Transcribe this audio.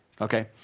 okay